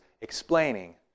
explaining